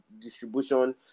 distribution